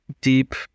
deep